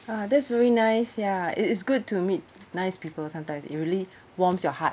!wah! that's very nice ya it is good to meet nice people sometimes it really warms your heart